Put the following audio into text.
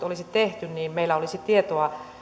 olisi tehty niin meillä olisi tietoa